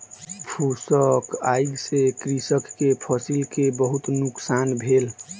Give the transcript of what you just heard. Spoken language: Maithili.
फूसक आइग से कृषक के फसिल के बहुत नुकसान भेल